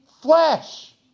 flesh